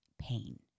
pain